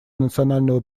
национального